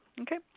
Okay